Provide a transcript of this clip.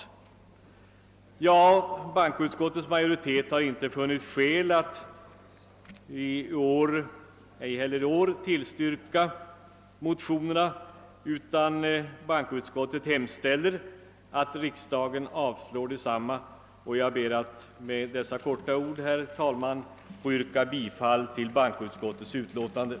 Bankoutskottets majoritet har ej heller i år funnit skäl att tillstyrka motionerna utan hemställer att riksdagen måtte avslå desamma, och jag ber med detta korta anförande, herr talman, få yrka bifall till bankoutskottets hemställan.